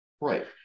Right